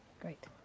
Great